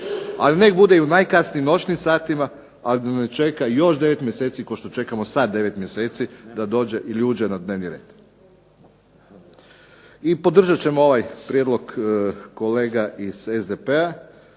ali nek bude i u najkasnijim noćnim satima ali da ne čeka još 9 mjeseci kao što čekamo sad 9 mjeseci da dođe ili uđe na dnevni red. I podržat ćemo ovaj prijedlog kolega iz SDP-a